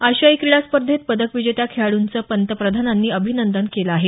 आशियाई क्रीडा स्पर्धेत पदक विजेत्या खेळाड्रंचं पंतप्रधानांनी अभिनंदन केलं आहे